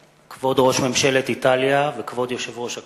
המליאה.) כבוד ראש ממשלת איטליה וכבוד יושב-ראש הכנסת!